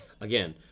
again